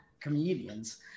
comedians